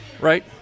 Right